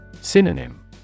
Synonym